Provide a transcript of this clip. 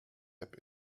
app